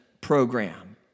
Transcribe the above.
program